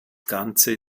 ganze